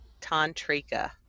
tantrika